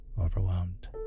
overwhelmed